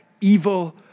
evil